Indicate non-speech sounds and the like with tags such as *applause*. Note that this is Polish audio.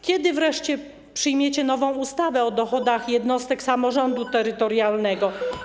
Kiedy wreszcie przyjmiecie nową ustawę o *noise* dochodach jednostek samorządu terytorialnego?